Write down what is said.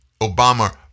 Obama